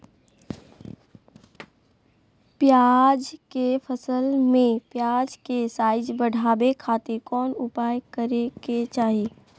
प्याज के फसल में प्याज के साइज बढ़ावे खातिर कौन उपाय करे के चाही?